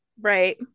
Right